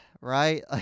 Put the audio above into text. right